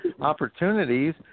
opportunities